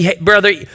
brother